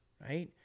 right